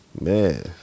man